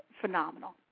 phenomenal